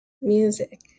Music